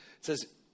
says